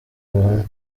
ubuhamya